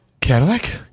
Cadillac